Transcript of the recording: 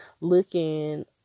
looking